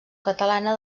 catalana